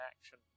action